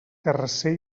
carasser